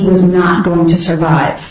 was not going to survive